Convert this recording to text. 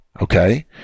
okay